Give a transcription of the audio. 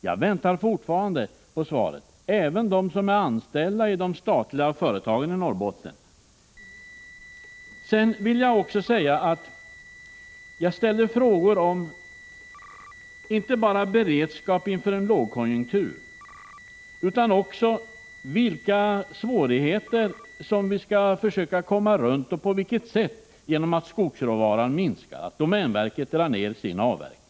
Jag väntar fortfarande på svaret, och det gör även de som är anställda i de statliga företagen i Norrbotten. Jag ställde frågor inte bara om beredskapen inför en lågkonjunktur utan också om vilka svårigheter som vi skall försöka komma till rätta med och på vilket sätt då skogsråvaran minskar och domänverket drar ned sin avverkning.